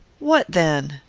what, then!